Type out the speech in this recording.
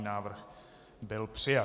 Návrh byl přijat.